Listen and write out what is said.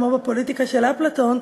כמו בפוליטיקה של אפלטון,